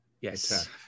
yes